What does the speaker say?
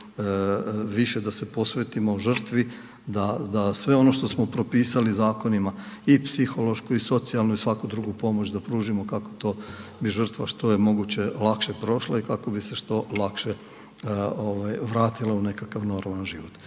da se posvetimo žrtvi, da sve ono što smo propisali zakonima i psihološku i socijalnu i svaku drugu pomoć da pružimo to, kako to bi žrtva što je moguće lakše prošla i kako bi se što lakše vratila u nekakav normalan život.